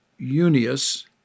unius